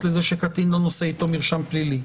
לזה שקטין לא נושא איתו מרשם פלילי,